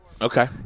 Okay